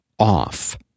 off